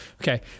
Okay